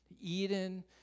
Eden